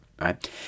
Right